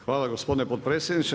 Hvala gospodine potpredsjedniče.